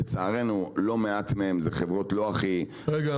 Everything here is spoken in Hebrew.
לצערנו לא מעט מהן הן חברות לא הכי --- רגע,